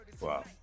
Wow